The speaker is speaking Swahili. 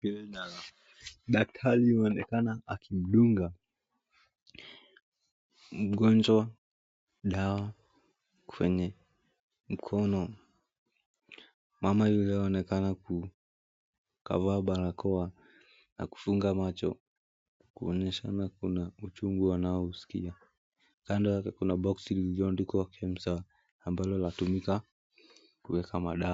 Daktari anaonekana akimdunga mgonjwa dawa kwenye mkono. Mama huyu anaonekana kavaa barakoa na kufunga macho kuonyeshana kuna uchungu anaousikia. Kando yake kuna boksi liliyoandikwa, "Kemsa" ambalo linatumika kuweka madawa.